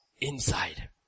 inside